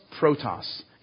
Protos